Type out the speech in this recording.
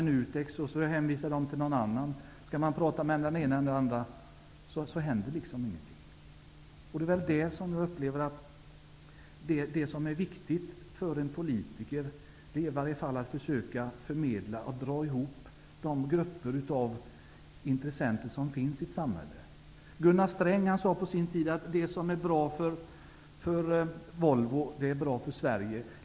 NUTEK hänvisar till någon annan. Det händer ingenting. Det viktiga för en politiker är att försöka dra ihop de grupper av intressenter som finns i ett samhälle. Gunnar Sträng sade på sin tid att det som är bra för Volvo är bra för Sverige.